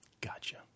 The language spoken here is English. gotcha